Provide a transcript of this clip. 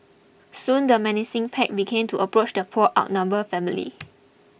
soon the menacing pack began to approach the poor outnumbered family